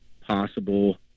possible